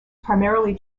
primarily